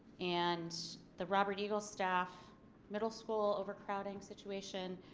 and the robert eagle staff middle school overcrowding situation.